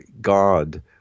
god